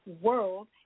world